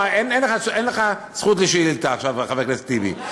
לא, אין לך זכות לשאילתה עכשיו, חבר הכנסת טיבי.